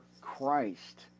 Christ